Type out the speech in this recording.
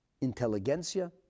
intelligentsia